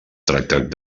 tractat